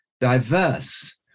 diverse